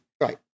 Right